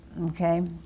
Okay